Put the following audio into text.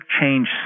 change